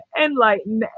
enlighten